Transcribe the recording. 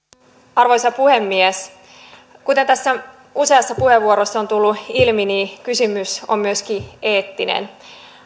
arvoisa puhemies kuten tässä on useassa puheenvuorossa tullut ilmi niin kysymys on myöskin eettinen